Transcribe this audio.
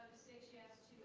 six yes